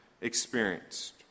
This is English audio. experienced